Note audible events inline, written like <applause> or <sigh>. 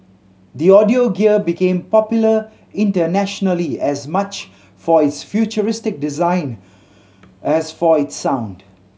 the audio gear became popular internationally as much for its futuristic design <noise> as for its sound